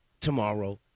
tomorrow